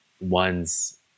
one's